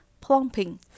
plumping